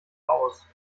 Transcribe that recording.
aus